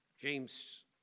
James